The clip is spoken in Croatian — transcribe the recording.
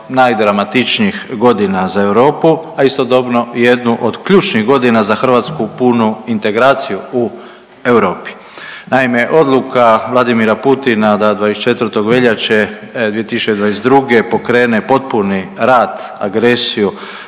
najdramatičnijih godina za Europu, a istodobno jednu od ključnih godina za Hrvatsku punu integraciju u Europi. Naime, odluka Vladimira Putina da 24. veljače 2022. pokrene potpuni rat, agresiju